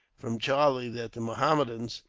from charlie, that the mohammedans,